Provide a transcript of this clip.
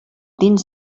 dins